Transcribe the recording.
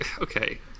okay